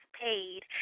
paid